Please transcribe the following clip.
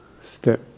step